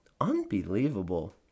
Unbelievable